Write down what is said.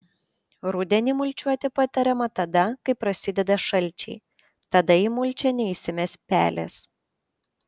rudenį mulčiuoti patariama tada kai prasideda šalčiai tada į mulčią neįsimes pelės